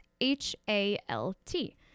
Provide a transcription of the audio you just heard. H-A-L-T